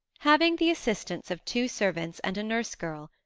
having the assistance of two servants and a nurse-girl,